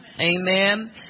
Amen